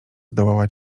zdołała